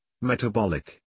Metabolic